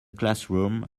classroom